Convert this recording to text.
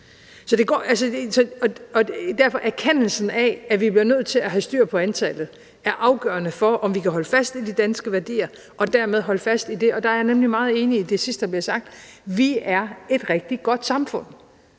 Derfor er erkendelsen af, at vi er nødt til at have styr på antallet, afgørende for, om vi kan holde fast i de danske værdier og dermed holde fast i det. Og der er jeg nemlig meget enig i det sidste, der blev sagt. Vi er et rigtig godt samfund,